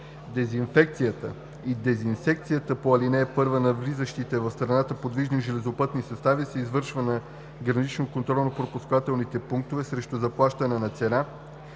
Дезинфекцията и дезинсекцията по ал. 1 на влизащите в страната подвижни железопътни състави се извършва на гранично контролно-пропускателните пунктове срещу заплащане на цена,